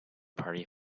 party